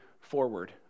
forward